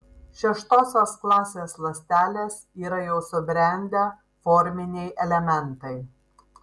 šeštosios klasės ląstelės yra jau subrendę forminiai elementai